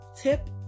tip